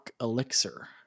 elixir